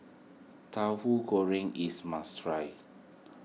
Tauhu Goreng is must try